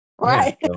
Right